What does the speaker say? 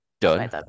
Done